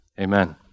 amen